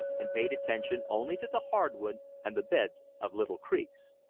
and paid attention only to the hardwood and the beds of little creeks.